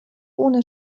ohne